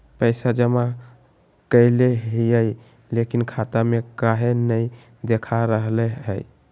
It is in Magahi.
पैसा जमा कैले हिअई, लेकिन खाता में काहे नई देखा रहले हई?